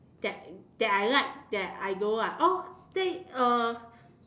that that I like that I don't like oh then uh